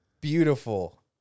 beautiful